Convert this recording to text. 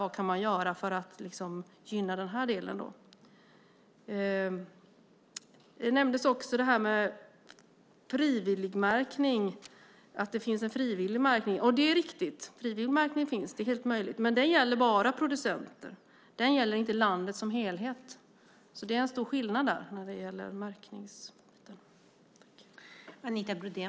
Vad kan man göra för att gynna den här delen? Det nämndes att det finns en frivillig märkning, och det är riktigt. Frivillig märkning finns. Det är helt möjligt. Men det gäller bara producenter. Den gäller inte landet som helhet. Det är en stor skillnad där när det gäller märkningen.